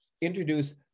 introduce